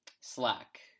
slack